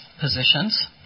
positions